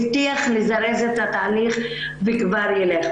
הבטיח לזרז את התהליך וכבר יילך.